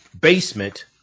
basement